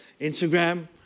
Instagram